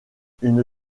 une